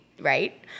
right